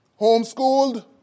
Homeschooled